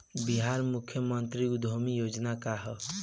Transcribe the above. बिहार मुख्यमंत्री उद्यमी योजना का है?